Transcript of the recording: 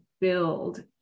build